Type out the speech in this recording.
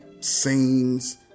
scenes